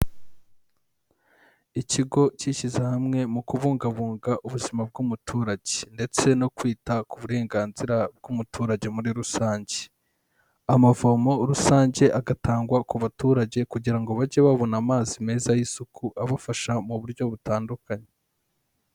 Ikigo cyishyize hamwe mu kubungabunga ubuzima bw'umuturage ndetse no kwita ku burenganzira bw'umuturage muri rusange, amavomo rusange agatangwa ku baturage kugira ngo bajye babona amazi meza y'isuku abafasha mu buryo butandukanye.